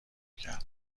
میکردم